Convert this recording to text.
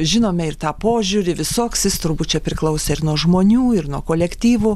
žinome ir tą požiūrį visoks jis turbūt čia priklausė ir nuo žmonių ir nuo kolektyvų